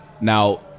Now